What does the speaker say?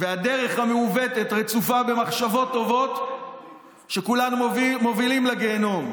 והדרך המעוותת רצופה במחשבות טובות שכולן מובילות לגיהינום.